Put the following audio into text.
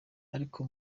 ariko